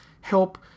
help